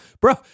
bro